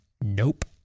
Nope